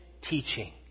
teaching